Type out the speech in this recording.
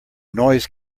noise